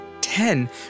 Ten